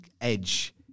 Edge